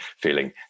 feeling